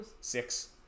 six